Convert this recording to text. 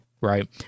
right